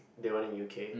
the one in U_K